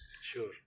Sure